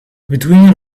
between